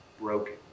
broken